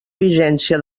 vigència